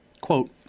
Quote